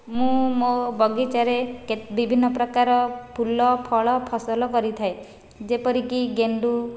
ମୁଁ ମୋ ବଗିଚାରେ ବିଭିନ୍ନ ପ୍ରକାର ଫୁଲ ଫଳ ଫସଲ କରିଥାଏ ଯେପରିକି ଗେଣ୍ଡୁ